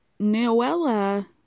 noella